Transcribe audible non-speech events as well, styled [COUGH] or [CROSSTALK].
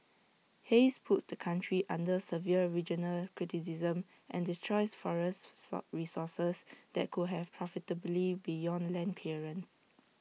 haze puts the country under severe regional criticism and destroys forest [UNINTELLIGIBLE] resources that could have profitability beyond land clearance